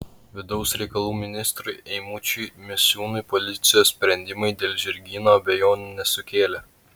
vidaus reikalų ministrui eimučiui misiūnui policijos sprendimai dėl žirgyno abejonių nesukėlė